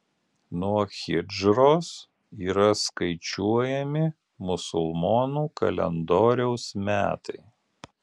nuo hidžros yra skaičiuojami musulmonų kalendoriaus metai